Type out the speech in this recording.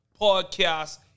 Podcast